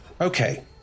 Okay